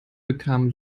bekam